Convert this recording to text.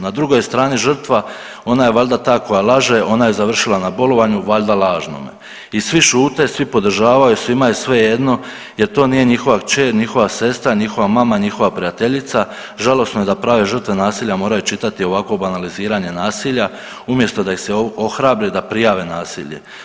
Na drugoj strani žrtva, ona je valjda ta koja laže, ona je završila na bolovanju valjda lažnome i svi šute, svi podržavaju svima je svejedno jer to nije njihova kćer, njihova sestra, njihova mama, njihova prijateljica, žalosno je da prave žrtve nasilja moraju čitati ovako banaliziranje nasilja umjesto da ih se ohrabri da prijave nasilje.